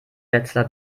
wetzlar